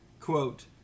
quote